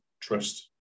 trust